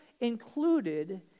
included